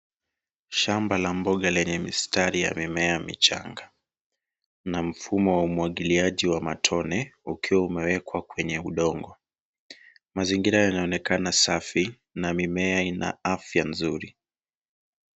Shamba la mboga lenye mistari ya mimea michanga na mfumo wa umwagiliaji wa matone ukiwa umewekwa kwenye udongo mazingira yanaonekana safi na mimea ina afya nzuri.